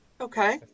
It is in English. Okay